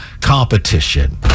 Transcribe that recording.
competition